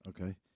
Okay